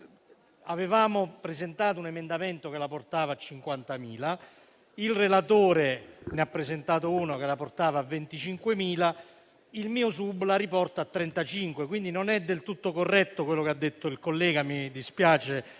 Avevamo presentato un emendamento che la portava a 50.000; il relatore ne ha presentato uno che la portava a 25.000; il mio subemendamento la riporta a 35.000. Non è del tutto corretto quanto ha detto il collega, mi dispiace